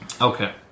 Okay